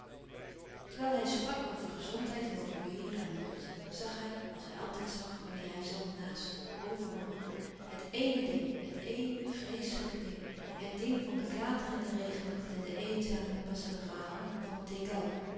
terwijl hij sprak over gezondheid en over weêr en lot zag hij als hij altijd zag wanneer hij zat naast over mama het eene ding het eene vreeslijke ding het ding van den klaterenden regennacht en de eenzame pasangrahan van